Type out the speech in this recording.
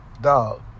Dog